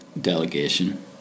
delegation